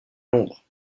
londres